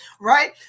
right